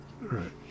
Right